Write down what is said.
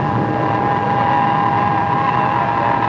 and